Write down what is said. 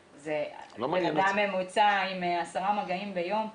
אדם ממוצע עם עשרה מגעים ביום,